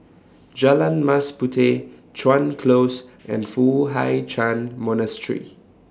Jalan Mas Puteh Chuan Close and Foo Hai Ch'An Monastery